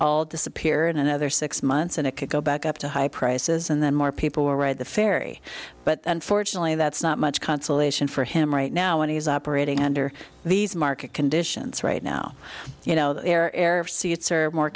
all disappear in another six months and it could go back up to high prices and then more people will ride the ferry but unfortunately that's not much consolation for him right now when he's operating under these market conditions right now you know their air seats are more